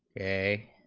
a.